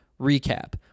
recap